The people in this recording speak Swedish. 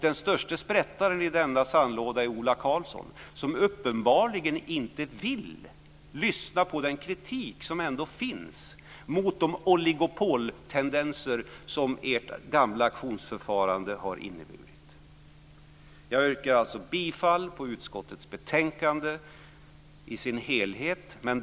Den störste sprättaren i denna sandlåda är Ola Karlsson, som uppenbarligen inte vill lyssna på den kritik som ändå finns mot de oligopoltendenser som ert gamla auktionsförfarande har inneburit. Jag yrkar alltså bifall till hemställan i utskottets betänkande i dess helhet.